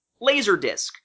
Laserdisc